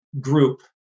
group